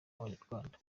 abanyarwanda